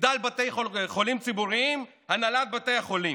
מחדל בתי החולים הציבוריים הנהלת בתי החולים,